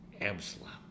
Absalom